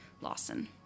Lawson